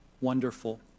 wonderful